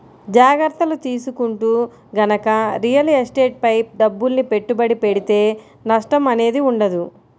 జాగర్తలు తీసుకుంటూ గనక రియల్ ఎస్టేట్ పై డబ్బుల్ని పెట్టుబడి పెడితే నష్టం అనేది ఉండదు